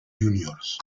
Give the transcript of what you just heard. juniors